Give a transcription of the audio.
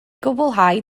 gwblhau